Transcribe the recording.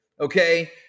Okay